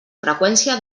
freqüència